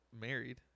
married